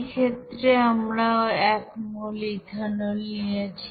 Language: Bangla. ক্ষেত্রে আমরা 1 মোল ইথানল নিয়েছি